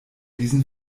diesen